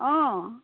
অঁ